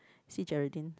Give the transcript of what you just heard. see Geraldine's